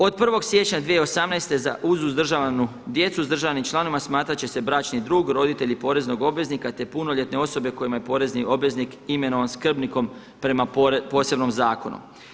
Od 1. siječnja 2018. uz uzdržavanu djecu … članovima smatrat će se bračni drug, roditelji poreznog obveznika, te punoljetne osobe kojima je porezni obveznik imenovan skrbnikom prema posebnom zakonu.